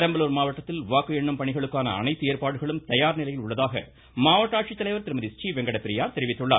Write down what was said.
பெரம்பலூர் மாவட்டத்தில் வாக்கு எண்ணும் பணிகளுக்கான அனைத்து ஏற்பாடுகளும் தயார்நிலையில் உள்ளதாக மாவட்ட ஆட்சித்தலைவர் திருமதி றீ வெங்கட பிரியா தெரிவித்துள்ளார்